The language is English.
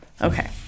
Okay